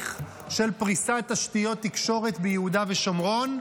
של פריסת תשתיות תקשורת ביהודה ושומרון,